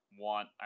want